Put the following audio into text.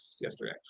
yesterday